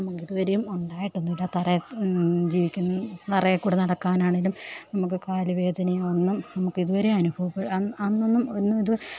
നമ്മൾക്ക് ഇതുവരേയും ഉണ്ടായിട്ടൊന്നുമില്ല തറ ജീവിക്കാൻ തറയിൽ കൂടെ നടക്കാനാണെങ്കിലും നമുക്ക് കാല് വേദനയൊന്നും നമുക്ക് ഇതുവരെ അനുഭവം അന്നൊന്നും ഒന്നും ഇത്